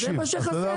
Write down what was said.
אבל זה מה שחסר.